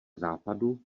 západu